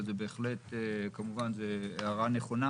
אבל זו הערה נכונה כמובן,